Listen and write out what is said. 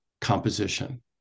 composition